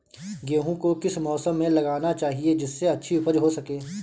गेहूँ को किस मौसम में लगाना चाहिए जिससे अच्छी उपज हो सके?